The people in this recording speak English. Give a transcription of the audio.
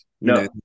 No